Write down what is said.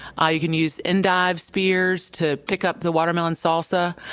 ah you can use endive spears to pick up the watermelon salsa.